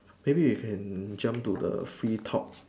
maybe you can jump to the free talk